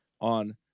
on